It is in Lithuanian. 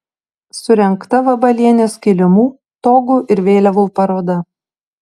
surengta vabalienės kilimų togų ir vėliavų paroda